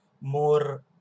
more